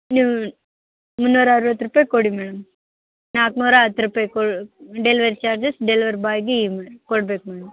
ನಿಮ್ಮ ಮುನ್ನೂರ ಅರ್ವತ್ತು ರೂಪಾಯಿ ಕೊಡಿ ಮೇಡಮ್ ನಾನೂರ ಹತ್ತು ರೂಪಾಯಿ ಕೊ ಡೆಲ್ವರಿ ಚಾರ್ಜಸ್ ಡೆಲ್ವರಿ ಬಾಯ್ಗೆ ಕೊಡ್ಬೇಕು ಮೇಡಮ್